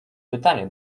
pytanie